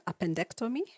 appendectomy